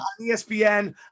ESPN